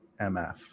MF